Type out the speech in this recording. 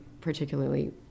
particularly